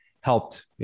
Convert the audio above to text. helped